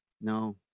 No